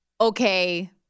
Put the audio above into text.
okay